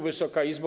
Wysoka Izbo!